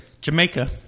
Jamaica